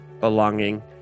belonging